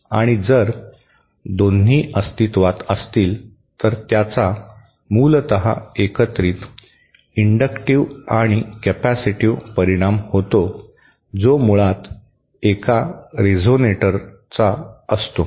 आणि जर दोन्ही अस्तित्त्वात असतील तर त्याचा मूलत एकत्रित इंडक्टिव्ह आणि कॅपेसिटिव्ह परिणाम होतो जो मुळात एक रेझोनेटरचा असतो